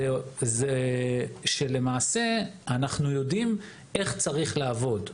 וזה שאנחנו יודעים איך צריך לעבוד.